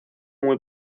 muy